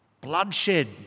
Bloodshed